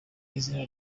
izina